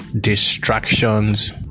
distractions